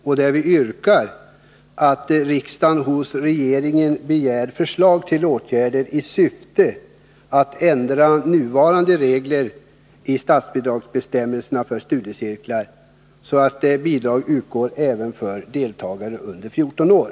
Vi har i motionen yrkat att riksdagen hos regeringen begär förslag till åtgärder i syfte att ändra nuvarande regler i statsbidragsbestämmelserna för studiecirklar så att bidrag utgår även för deltagare under 14 år.